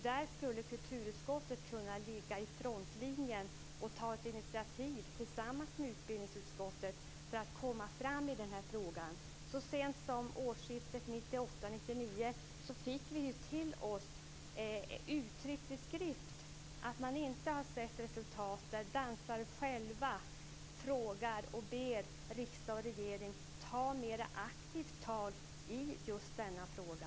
Där skulle kulturutskottet kunna ligga i frontlinjen och tillsammans med utbildningsutskottet kunna ta ett initiativ för att komma fram i den här frågan. Så sent som årsskiftet 1998/99 fick vi till oss uttryckt i skrift att man inte har sett resultat. Dansare själva frågar och ber riksdag och regering att mer aktivt ta tag i just denna fråga.